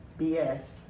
BS